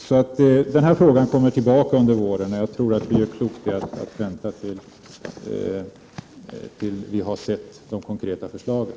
Också den frågan kommer tillbaka under våren, och jag tror vi gör klokt i att vänta tills vi har sett de konkreta förslagen.